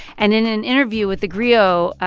and in an interview with thegrio,